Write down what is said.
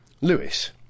Lewis